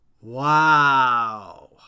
Wow